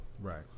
Right